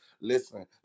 listen